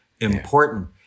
important